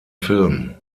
film